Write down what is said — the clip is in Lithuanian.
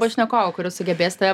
pašnekovo kuris sugebės tave